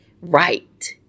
right